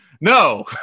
No